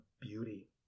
beauty